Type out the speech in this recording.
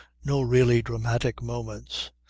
no really dramatic moments.